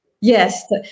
Yes